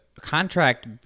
contract